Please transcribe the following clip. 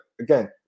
again